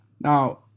Now